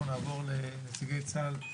אנחנו נעבור לנציגי צה"ל.